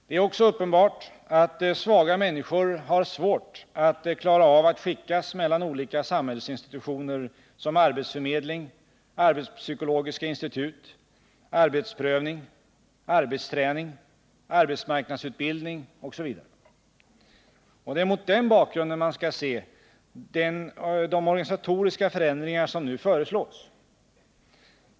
Det är också uppenbart att svaga människor har svårt att klara av att skickas mellan olika samhällsinstitutioner, som arbetsförmedling, arbetspsykologiska institut, arbetsprövning, arbetsträning, arbetsmarknadsutbildning osv. Det är mot den bakgrunden man skall se de organisatoriska förändringar som nu föreslås.